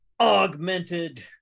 augmented